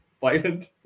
violent